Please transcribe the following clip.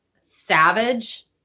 savage